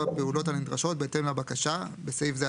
הפעולות הנדרשות בהתאם לבקשה (בסעיף זה,